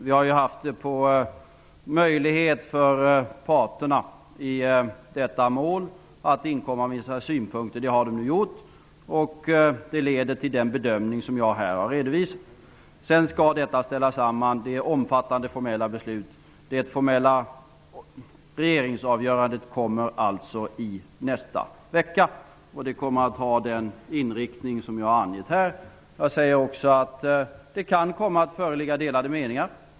Vi har ju givit parterna i detta mål möjlighet att inkomma med vissa synpunkter, och det har de gjort. Det har lett till den bedömning som jag här har redovisat. Detta skall sedan ställas samman, och det är omfattande formella beslut. Det formella regeringsavgörandet kommer alltså i nästa vecka, och det kommer att ha den inriktning som jag har angett här. Jag vill också säga att det kan komma att föreligga delade meningar.